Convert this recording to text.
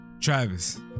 Travis